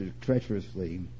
treacherously